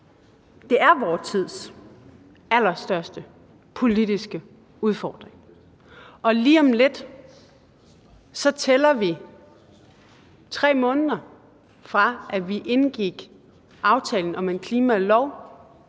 Det er vor tids allerstørste politiske udfordring, og lige om lidt tæller vi 3 måneder, fra vi indgik aftalen om en klimalov,